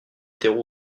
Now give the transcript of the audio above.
étaient